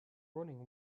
running